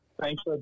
Thanks